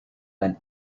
went